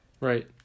Right